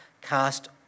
Cast